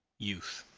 youth